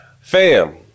Fam